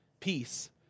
peace